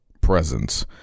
presence